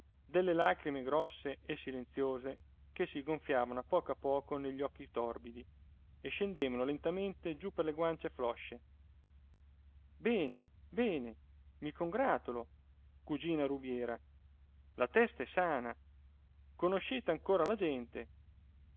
delle lagrime grosse e silenziose che si gonfiavano a poco a poco negli occhi torbidi e scendevano lentamente giù per le guance floscie bene bene mi congratulo cugina rubiera la testa è sana conoscete ancora la gente